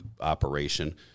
operation